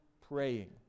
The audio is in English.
praying